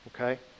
Okay